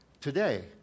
today